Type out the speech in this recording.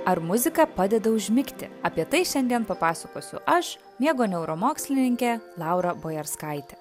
ar muzika padeda užmigti apie tai šiandien papasakosiu aš miego neuromokslininkė laura bojarskaitė